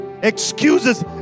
excuses